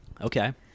Okay